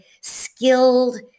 skilled